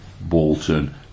Bolton